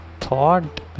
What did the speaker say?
thought